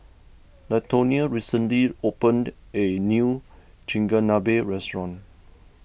Latonia recently opened a new Chigenabe restaurant